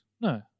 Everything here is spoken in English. No